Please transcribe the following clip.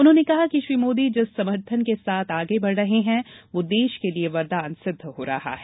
उन्होंने कहा कि श्री मोदी जिस समर्थन के साथ आगे बढ़ रहे हैं वह देश के लिए वरदान सिद्ध हो रहा है